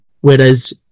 whereas